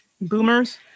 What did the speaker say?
Boomers